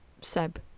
Seb